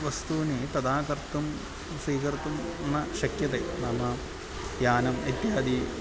वस्तूनि तदा कर्तुं स्वीकर्तुं न शक्यते नाम यानम् इत्यादि